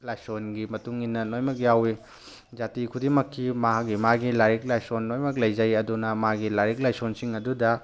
ꯂꯥꯏꯁꯣꯟꯒꯤ ꯃꯇꯨꯡ ꯏꯟꯅ ꯂꯣꯏꯃꯛ ꯌꯥꯎꯋꯤ ꯖꯥꯇꯤ ꯈꯨꯗꯤꯡꯃꯛꯀꯤ ꯃꯥꯒꯤ ꯃꯥꯒꯤ ꯂꯥꯏꯔꯤꯛ ꯂꯥꯏꯁꯣꯟ ꯂꯣꯏꯃꯛ ꯂꯩꯖꯩ ꯑꯗꯨꯅ ꯃꯥꯒꯤ ꯂꯥꯏꯔꯤꯛ ꯂꯥꯏꯁꯣꯟꯁꯤꯡ ꯑꯗꯨꯗ